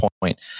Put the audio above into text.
point